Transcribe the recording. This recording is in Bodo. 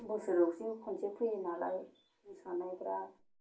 बोसोरावसो खनसे फैयो नालाय मोसानायफ्रा